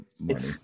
money